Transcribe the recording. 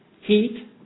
heat